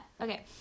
Okay